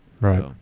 Right